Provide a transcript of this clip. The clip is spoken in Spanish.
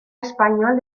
español